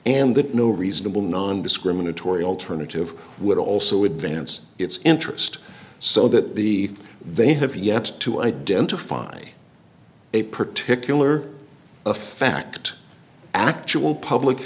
and that no reasonable nondiscriminatory alternative would also advance its interest so that the they have yet to identify a particular a fact actual public